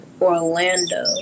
Orlando